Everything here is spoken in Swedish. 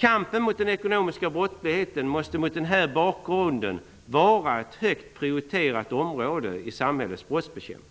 Kampen mot den ekonomiska brottsligheten måste mot denna bakgrund vara ett högt prioriterat område i samhällets brottsbekämpning.